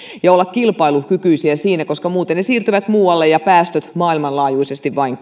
olla kilpailukykyisiä siinä koska muuten ne siirtyvät muualle ja päästöt maailmanlaajuisesti vain